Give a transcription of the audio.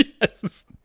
yes